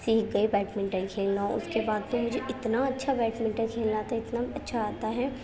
سیکھ گئی بیٹمنٹن کھیلنا اس کے بعد تو مجھے اتنا اچھا بیٹمنٹن کھیلنا آتا ہےاتنا اچھا آتا ہے